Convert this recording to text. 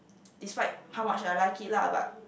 despite how much I like it lah but